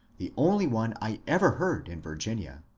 the only one i ever heard in virginia.